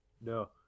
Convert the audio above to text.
no